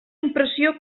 impressió